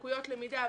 לקויות למידה,